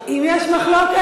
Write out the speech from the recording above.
אם יש מחלוקת,